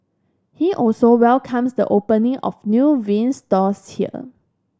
he also welcomes the opening of new vinyl stores here